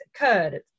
occurred